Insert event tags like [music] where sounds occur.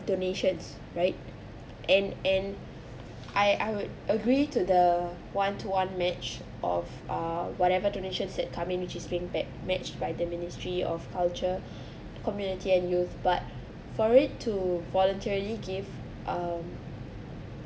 donations right and and I I would agree to the one to one match of uh whatever donation said come in which is being that matched by the ministry of culture [breath] community and youth but for it to voluntarily give um